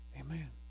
amen